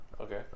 Okay